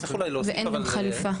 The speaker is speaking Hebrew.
ואין חליפה.